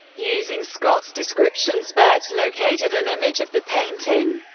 using scott's description, spaihts located an image of the painting.